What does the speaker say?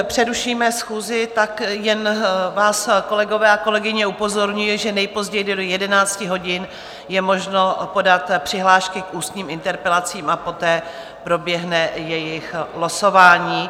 Než přerušíme schůzi, tak jen vás, kolegové a kolegyně, upozorňuji, že nejpozději do 11 hodin je možno podat přihlášky k ústním interpelacím a poté proběhne jejich losování.